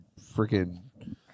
freaking